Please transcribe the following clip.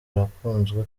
arakunzwe